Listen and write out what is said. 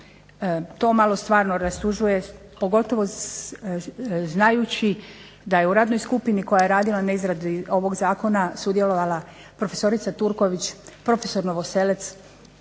To malo stvarno rastužuje pogotovo znajući da je u radnoj skupini koja je radila na izradi ovog zakona sudjelovala profesorica Turković, profesor Novosel,